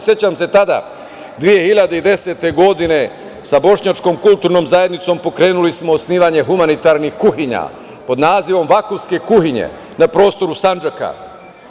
Sećam se tada, 2010. godine, sa Bošnjačkom kulturnom zajednicom pokrenuli smo osnivanje humanitarnih kuhinja pod nazivom „Vakufske kuhinje“ na prostoru Sandžaka.